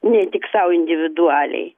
ne tik sau individualiai